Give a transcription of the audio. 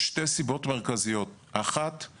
יש שתי סיבות מרכזיות כאשר האחת היא